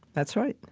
that's right.